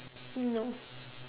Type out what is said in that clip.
no